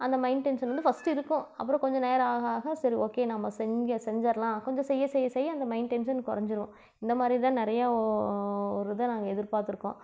அந்த mind tension வந்து first இருக்கும் அப்புறோம் கொஞ்சம் நேரம் ஆக ஆக சரி ஓகே நம்ம செஞ்ச செஞ்சர்லாம் கொஞ்சம் செய்ய செய்ய செய்ய அந்த மைண்ட் டென்ஷன் குறஞ்சிரும் இந்த மாதிரிதான் நிறைய ஒரு இதை நாங்கள் எதிர்பார்த்து இருக்கோம்